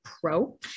Pro